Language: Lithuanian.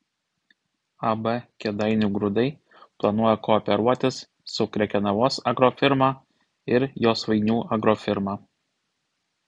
ab kėdainių grūdai planuoja kooperuotis su krekenavos agrofirma ir josvainių agrofirma